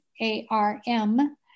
A-R-M